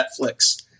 Netflix